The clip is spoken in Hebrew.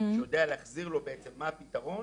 שיודע להחזיר לו בעצם מה הפתרון,